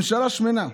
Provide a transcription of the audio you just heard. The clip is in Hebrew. ממשלה שמנה,